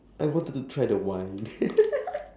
I wanted to try the wine